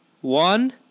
one